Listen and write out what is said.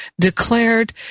declared